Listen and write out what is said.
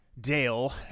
Dale